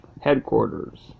headquarters